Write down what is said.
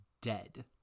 dead